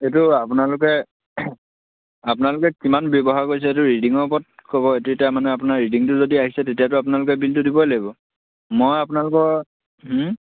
এইটো আপোনালোকে আপোনালোকে কিমান ব্যৱহাৰ কৰিছে এইটো ৰিডিঙৰ ওপৰত ক'ব এইটো এতিয়া মানে আপোনাৰ ৰিডিংটো যদি আহিছে তেতিয়াতো আপোনালোকে বিলটো দিবই লাগিব মই আপোনালোকৰ